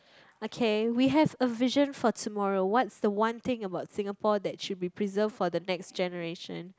okay we have a vision for tomorrow what's the one thing about Singapore that should be preserved for the next generation